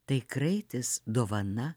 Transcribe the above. tai kraitis dovana